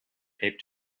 taped